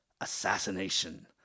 Assassination